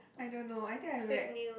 I don't know I think I read